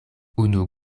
unu